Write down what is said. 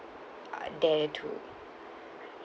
uh dare to